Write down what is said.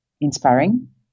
inspiring